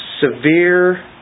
severe